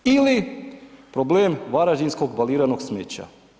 Ili problem varaždinskog baliranog smeća.